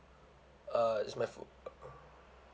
uh it's my pho~